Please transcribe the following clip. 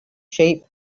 sheep